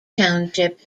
township